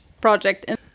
project